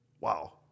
Wow